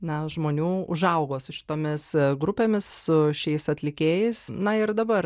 na žmonių užaugo su šitomis grupėmis su šiais atlikėjais na ir dabar